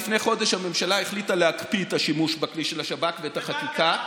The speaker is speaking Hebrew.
לפני חודש הממשלה החליטה להקפיא את השימוש בכלי של השב"כ ואת החקיקה.